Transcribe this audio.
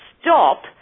stop